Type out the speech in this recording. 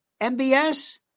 MBS